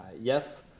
Yes